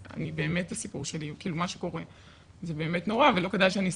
אז מה שקורה זה באמת נורא ולא כדאי שאני אספר.